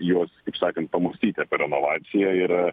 juos kaip sakant pamąstyti apie renovaciją ir